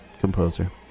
composer